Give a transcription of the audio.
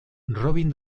robin